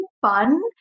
fun